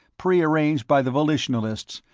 prearranged by the volitionalists,